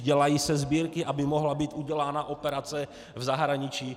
Dělají se sbírky, aby mohla být udělána operace v zahraničí.